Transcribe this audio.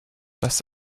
dass